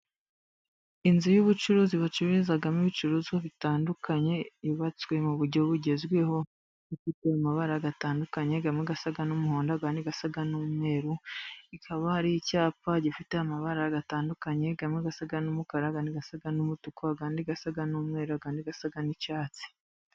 Inzu y'ubucuruzi bacururizamo ibicuruzwa bitandukanye, yubatswe mu buryo bugezweho, ifite amabara atandukanye, amwe asa n'umuhondo, ayandi asa n'umweru, hakaba hari icyapa gifite amabara atandukanye, amwe asa n'umukara, ayandi asa n'umutuku, ayandi asa n'umweru, ayandi asa n'icyatsi.